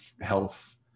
health